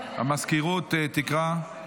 המזכירות תקרא.